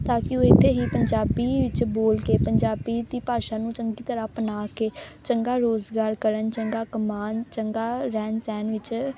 ਤਾਂ ਕਿ ਉਹ ਇੱਥੇ ਹੀ ਪੰਜਾਬੀ ਵਿੱਚ ਬੋਲ ਕੇ ਪੰਜਾਬੀ ਦੀ ਭਾਸ਼ਾ ਨੂੰ ਚੰਗੀ ਤਰ੍ਹਾਂ ਅਪਣਾ ਕੇ ਚੰਗਾ ਰੁਜ਼ਗਾਰ ਕਰਨ ਚੰਗਾ ਕਮਾਉਣ ਚੰਗਾ ਰਹਿਣ ਸਹਿਣ ਵਿੱਚ